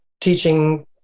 teaching